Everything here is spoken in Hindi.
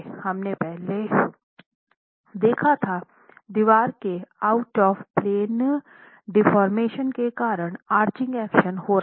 हमने पहले देखा था दीवार के आउट ऑफ़ प्लेन डेफोर्मेशन के कारण आर्चिंग एक्शन हो रहा था